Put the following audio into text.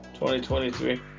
2023